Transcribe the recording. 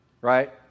right